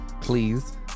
Please